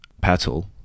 petal